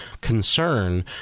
concern